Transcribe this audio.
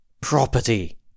property